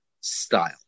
style